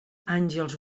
àngels